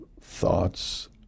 thoughts